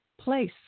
place